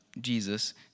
Jesus